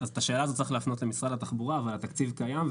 את השאלה הזו צריך להפנות למשרד התחבורה אבל התקציב קיים,